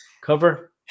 cover